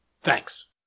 Thanks